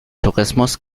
tourismus